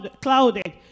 clouded